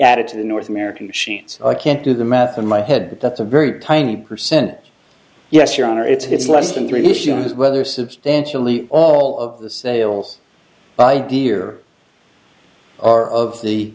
added to the north american machines can't do the math in my head but that's a very tiny percentage yes your honor it's less than three issues whether substantially all of the sales by dear our of the